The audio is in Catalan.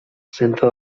centre